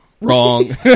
wrong